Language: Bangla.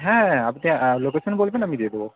হ্যাঁ হ্যাঁ আপনি লোকেশন বলবেন আমি দিয়ে দেবো